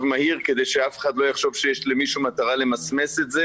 מהיר כדי שאף אחד לא יחשוב שיש למישהו מטרה למסמס את זה